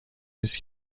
نیست